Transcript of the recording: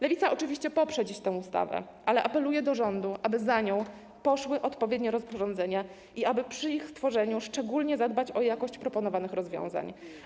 Lewica oczywiście poprze dziś tę ustawę, ale apeluje do rządu, aby za nią poszły odpowiednie rozporządzenia i aby przy ich tworzeniu szczególnie zadbać o jakość proponowanych rozwiązań.